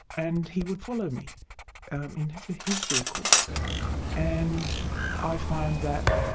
and he would follow me and um in his his vehicle and i found that